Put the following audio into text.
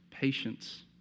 patience